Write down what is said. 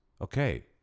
Okay